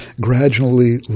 gradually